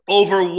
over